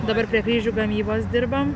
dabar prie kryžių gamybos dirbam